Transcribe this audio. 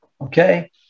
Okay